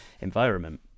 environment